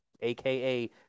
aka